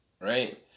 right